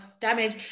damage